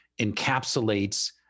encapsulates